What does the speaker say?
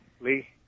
Lee